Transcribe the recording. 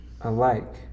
alike